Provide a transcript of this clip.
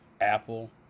Apple